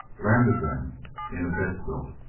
landed them in a bed-quilt,